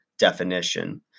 Definition